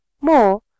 More